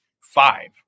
five